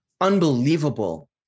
unbelievable